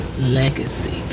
Legacy